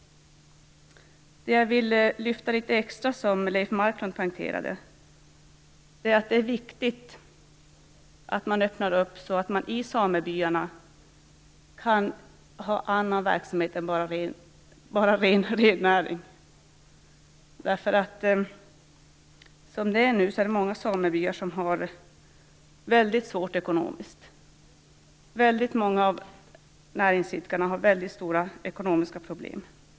Det jag vill lyfta fram litet extra är det som också Leif Marklund poängterade, nämligen att det är viktigt att man öppnar för att i samebyarna kunna ha annan verksamhet än bara rennäring. Som det är nu är det många samebyar som har det väldigt svårt ekonomiskt. Väldigt många av näringsidkarna har väldigt stora ekonomiska problem.